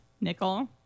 Nickel